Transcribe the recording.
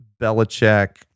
Belichick